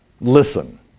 listen